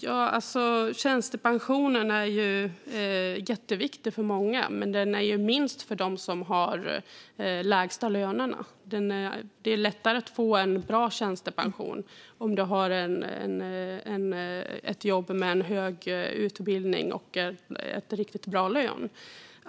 Fru talman! Tjänstepensionen är ju jätteviktig för många, men den är minst för dem som har de lägsta lönerna. Det är lättare att få en bra tjänstepension om man har en hög utbildning och ett jobb med en riktigt bra lön.